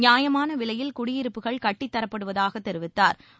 நியாயமான விலையில் குடியிருப்புகள் கட்டித்தரப்படுவதாக தெரிவித்தாா்